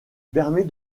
permet